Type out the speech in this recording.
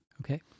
Okay